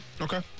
Okay